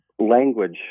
language